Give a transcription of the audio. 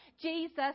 Jesus